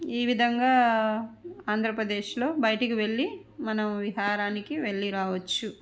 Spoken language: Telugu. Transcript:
ఈ విధంగా ఆంధ్రప్రదేశ్లో బయటకి వెళ్ళి మనం విహారానికి వెళ్ళి రావచ్చు